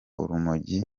urumogi